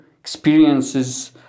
experiences